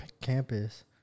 campus